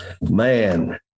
Man